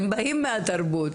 הם באים מהתרבות.